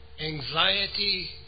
anxiety